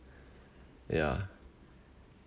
yeah